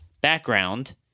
background